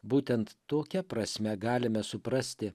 būtent tokia prasme galime suprasti